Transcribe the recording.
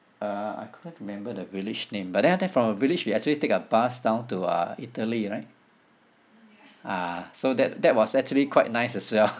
uh I can't remember the village name but then after from a village we actually take a bus down to uh italy right ah so that that was actually quite nice as well